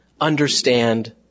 understand